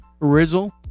Rizzle